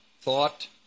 thought